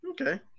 Okay